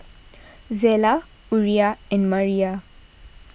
Zella Uriah and Maria